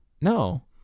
No